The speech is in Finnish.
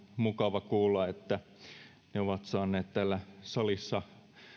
mukava kuulla että ne ovat saaneet täällä salissa